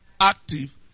Active